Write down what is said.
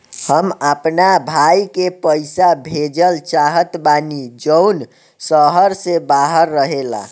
हम अपना भाई के पइसा भेजल चाहत बानी जउन शहर से बाहर रहेला